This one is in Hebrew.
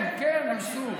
כן, כן, מנסור.